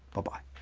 bye-bye.